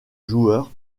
joueur